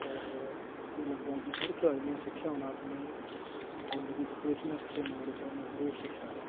होर मिगी लगदा ऐ कि हर खिलाड़ी ने एह् सिक्खेआ होना अपने जिंदगी च कुसै न कुसै मोड़ उप्पर जरूर सिक्खेआ होना